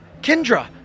Kendra